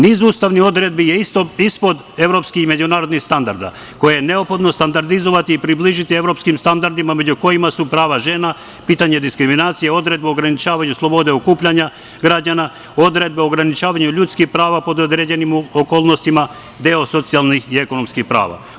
Niz ustavnih odredbi je ispod evropskih međunarodnih standarda koje je neophodno standardizovati i približiti evropskim standardima, među kojima su prava žena, pitanje diskriminacije, odredbe o ograničavanju slobode okupljanja građana, odredbe o ograničavanju ljudskih prava pod određenim okolnostima, deo socijalnih i ekonomskih prava.